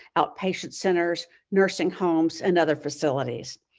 outpatient centers, nursing homes, and other facilities.